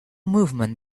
movement